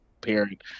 parent